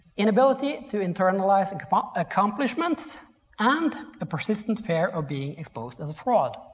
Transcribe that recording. inability to internalize and accomplishments and a persistent fear of being exposed as a fraud.